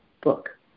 book